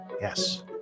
Yes